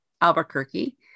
Albuquerque